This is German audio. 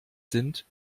sind